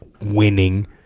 winning